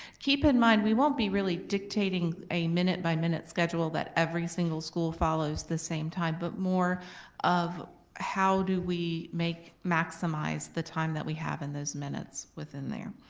keep in mind, we won't be really dictating a minute-by-minute schedule that every single school follows the same time but more of how do we make maximize the time that we have and those minutes within there?